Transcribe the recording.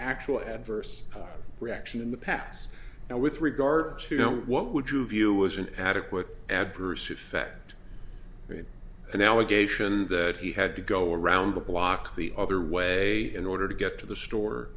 actual adverse reaction in the past now with regard to what would you view as an adequate adverse effect an allegation that he had to go around the block the other way in order to get to the store